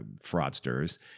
fraudsters